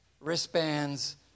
wristbands